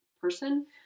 person